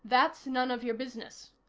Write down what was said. that's none of your business,